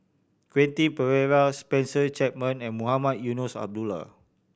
Quentin Pereira Spencer Chapman and Mohamed Eunos Abdullah